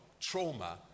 Trauma